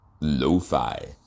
Lo-fi